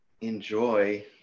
enjoy